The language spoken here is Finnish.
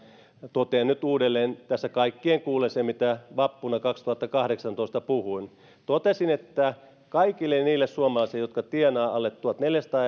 totean nyt uudelleen tässä kaikkien kuullen sen mitä vappuna kaksituhattakahdeksantoista puhuin totesin että kaikille niille suomalaisille jotka tienaavat alle tuhatneljäsataa